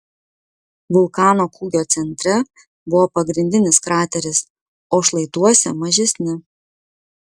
vulkano kūgio centre buvo pagrindinis krateris o šlaituose mažesni